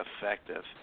effective